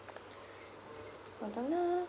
hold on uh